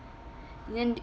and then